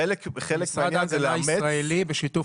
חלק --- משרד ההגנה הישראלי בשיתוף